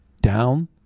down